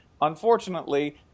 Unfortunately